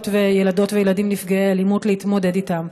וילדות וילדים נפגעי אלימות להתמודד אתם.